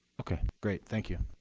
great. thank you.